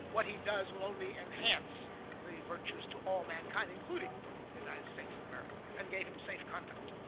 what he does will only enhance the virtues to all mankind, including the united states of america, and gave him safe conduct.